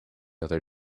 other